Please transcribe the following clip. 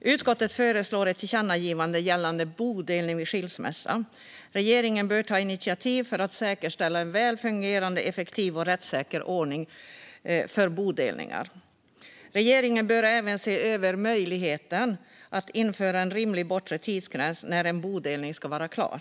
Utskottet föreslår ett tillkännagivande gällande bodelning vid skilsmässa. Regeringen bör ta initiativ för att säkerställa en välfungerande, effektiv och rättssäker ordning för bodelningar. Regeringen bör även se över möjligheten att införa en rimlig bortre tidsgräns då en bodelning ska vara klar.